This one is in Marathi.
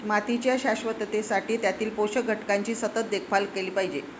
मातीच्या शाश्वततेसाठी त्यातील पोषक घटकांची सतत देखभाल केली पाहिजे